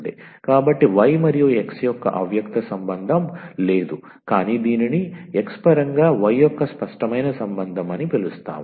కాబట్టి y మరియు x యొక్క అవ్యక్త సంబంధం లేదు కానీ దీనిని x పరంగా y యొక్క స్పష్టమైన సంబంధం అని పిలుస్తాము